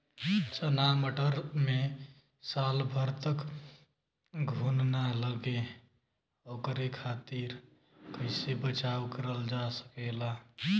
चना मटर मे साल भर तक घून ना लगे ओकरे खातीर कइसे बचाव करल जा सकेला?